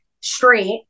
straight